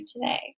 today